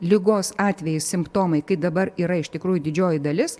ligos atveju simptomai kai dabar yra iš tikrųjų didžioji dalis